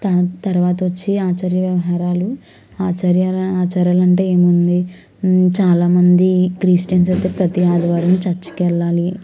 దాని తర్వాత వచ్చి ఆచార్య వ్యవహారాలు ఆచార్య ఆచారాలంటే ఏముంది చాలా మంది క్రిస్టియన్స్ అయితే ప్రతి ఆదివారం చర్చికి వెళ్ళాలి